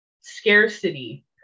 scarcity